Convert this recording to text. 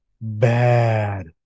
bad